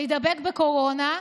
להידבק בקורונה,